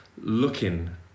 looking